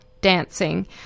Dancing